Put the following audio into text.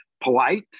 polite